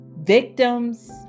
Victims